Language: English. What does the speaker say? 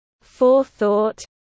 forethought